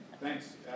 Thanks